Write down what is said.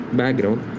background